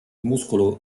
muscolo